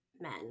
men